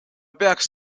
peaks